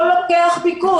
הוא לא לוקח פיקוד.